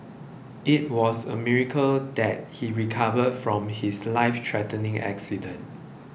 it was a miracle that he recovered from his lifethreatening accident